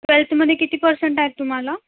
ट्वेल्थमध्ये किती पर्सेंट आहेत तुम्हाला